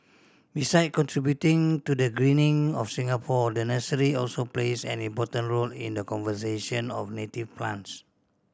beside contributing to the greening of Singapore the nursery also plays an important role in the conservation of native plants